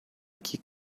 que